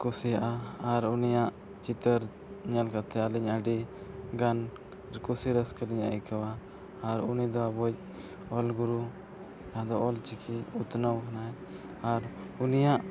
ᱠᱩᱥᱤᱭᱟᱜᱼᱟ ᱟᱨ ᱩᱱᱤᱭᱟᱜ ᱪᱤᱛᱟᱹᱨ ᱧᱮᱞ ᱠᱟᱛᱮ ᱟᱹᱞᱤᱧ ᱟᱹᱰᱤᱜᱟᱱ ᱠᱩᱥᱤ ᱨᱟᱹᱥᱠᱟᱹᱞᱤᱧ ᱟᱹᱭᱠᱟᱹᱣᱟ ᱟᱨ ᱩᱱᱤᱫᱚ ᱟᱵᱚᱭᱤᱡ ᱚᱞ ᱜᱩᱨᱩ ᱡᱟᱦᱟᱸ ᱫᱚ ᱚᱞ ᱪᱤᱠᱤ ᱩᱛᱱᱟᱹᱣ ᱠᱟᱱᱟᱭ ᱟᱨ ᱩᱱᱤᱭᱟᱜ